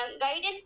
guidance